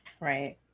Right